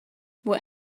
what